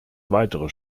weitere